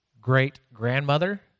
great-grandmother